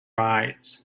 rides